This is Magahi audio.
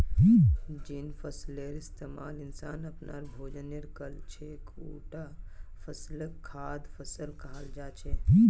जिन फसलेर इस्तमाल इंसान अपनार भोजनेर कर छेक उटा फसलक खाद्य फसल कहाल जा छेक